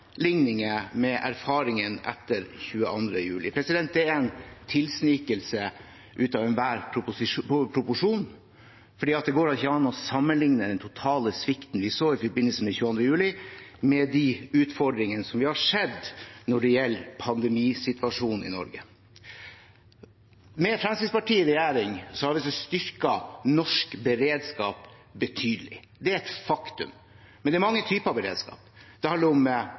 med erfaringene etter 22. juli. Det er en tilsnikelse ut av enhver proporsjon, for det går ikke an å sammenligne den totale svikten vi så i forbindelse med 22. juli, med de utfordringene vi har sett når det gjelder pandemisituasjonen i Norge. Med Fremskrittspartiet i regjering har vi styrket norsk beredskap betydelig. Det er et faktum. Men det er mange typer beredskap. Det handler om